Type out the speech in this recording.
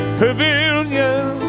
pavilion